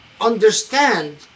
understand